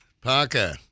Parker